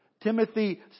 Timothy